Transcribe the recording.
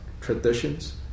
Traditions